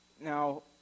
Now